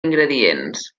ingredients